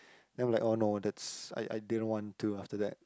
then I'm like oh no that's I I didn't want to after that